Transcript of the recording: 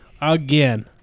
again